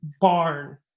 barn